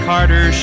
Carter